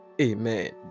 amen